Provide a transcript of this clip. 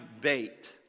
bait